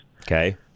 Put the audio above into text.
Okay